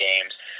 games